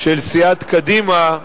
של סיעת קדימה,